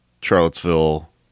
Charlottesville